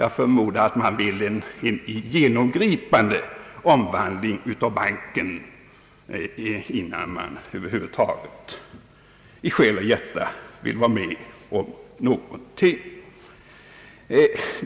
Jag förmodar att man vill åstadkomma en genomgripande omvandling av banken innan man över huvud taget i själ och hjärta vill gå med på någonting.